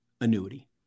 annuity